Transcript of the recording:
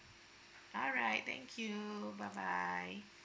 alright thank you bye bye